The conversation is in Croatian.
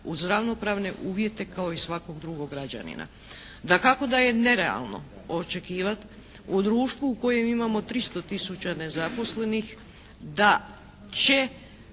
uz ravnopravne uvjete kao i svakog drugog građanina. Dakako da je nerealno očekivat u društvu u kojem imamo 300 tisuća nezaposlenih da će